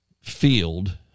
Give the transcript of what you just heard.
field